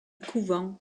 couvent